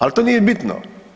Ali to nije bitno.